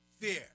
fear